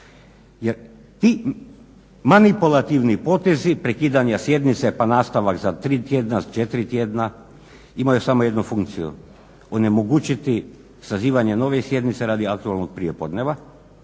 jer ti manipulativni potezi prekidanja sjednice pa nastavak za tri tjedna, četiri tjedna imaju samo jednu funkciju onemogućiti sazivanje nove sjednice radi aktualnog prijepodneva